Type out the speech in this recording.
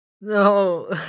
no